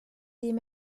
dem